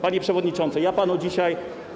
Panie przewodniczący, ja panu dzisiaj.